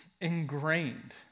ingrained